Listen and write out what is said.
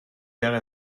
terre